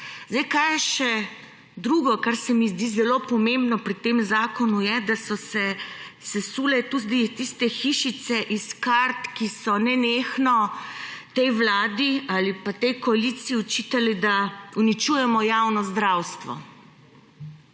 zdravstvo. Drugo, kar se mi zdi zelo pomembno pri tem zakonu, je, da so se sesule tudi tiste hišice iz kart, ki so nenehno tej vladi ali pa tej koaliciji očitale, da uničujemo javno zdravstvo.